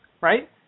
Right